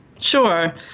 Sure